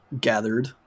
gathered